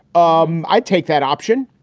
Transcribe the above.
um i'd take that option,